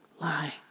lie